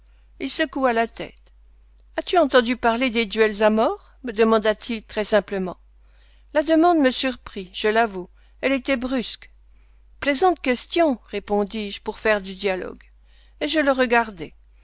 il secoua la tête as-tu entendu parler des duels à mort me demanda-t-il très simplement la demande me surprit je l'avoue elle était brusque plaisante question répondis-je pour faire du dialogue et je le regardai